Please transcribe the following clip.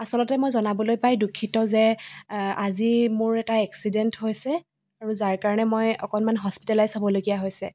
আচলতে মই জনাবলৈ পাই দুখিত যে আজি মোৰ এটা এক্সিডেণ্ট হৈছে আৰু যাৰ কাৰণে মই অকণমান হস্পিটেলাইজ হ'ব লগীয়া হৈছে